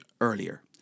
earlier